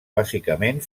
bàsicament